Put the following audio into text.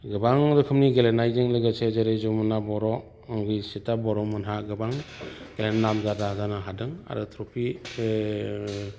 गोबां रोखोमनि गेलेनायजों लोगोसे जेरै जमुना बर' अंकुसिटा बर'मोनहा गोबां नामजादा जानो हादों आरो ट्रफि